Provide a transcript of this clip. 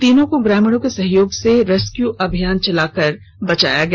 तीनों को ग्रामीणों के सहयोग से रेस्क्यू अभियान चलाकर बचाया गया